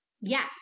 Yes